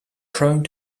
prone